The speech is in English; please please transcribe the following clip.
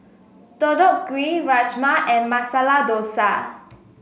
Deodeok Gui Rajma and Masala Dosa